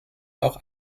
auch